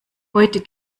heute